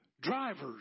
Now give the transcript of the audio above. drivers